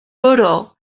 però